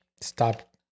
Stop